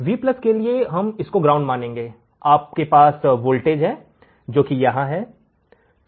V के लिए हम इसको ग्राउंड मानेंगे आपके पास वोल्टेज है जो कि यहां है